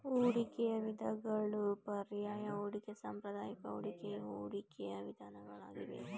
ಹೂಡಿಕೆಯ ವಿಧಗಳು ಪರ್ಯಾಯ ಹೂಡಿಕೆ, ಸಾಂಪ್ರದಾಯಿಕ ಹೂಡಿಕೆ ಇವು ಹೂಡಿಕೆಯ ವಿಧಗಳಾಗಿವೆ